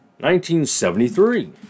1973